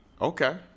Okay